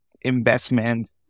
Investment